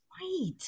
Right